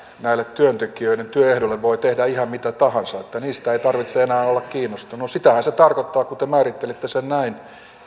näille työntekijöiden työehdoille voi tehdä ihan mitä tahansa että niistä ei tarvitse enää olla kiinnostunut no sitähän se tarkoittaa kun te määrittelitte sen näin